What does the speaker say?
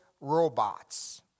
robots